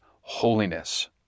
holiness